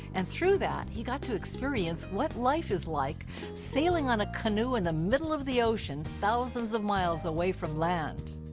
and through that, he got to experience what life is like sailing on a canoe in the middle of the ocean, thousands of miles away from land.